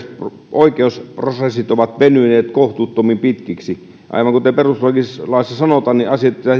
oikeusprosessit ovat venyneet kohtuuttoman pitkiksi aivan kuten perustuslaissa sanotaan asiat